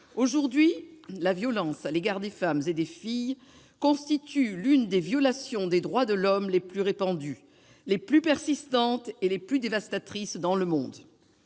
Aujourd'hui, la violence à l'égard des femmes et des filles constitue l'une des violations des droits de l'homme les plus répandues, les plus persistantes et les plus dévastatrices dans le monde.